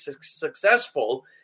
successful